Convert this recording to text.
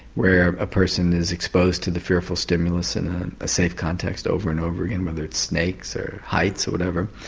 where a person is exposed to the fearful stimulus in a safe context over and over again, whether it's snakes or heights or whatever,